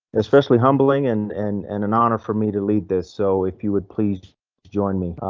especially humbling and and and an honor for me to lead this. so if you would please join me,